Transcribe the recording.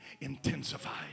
intensified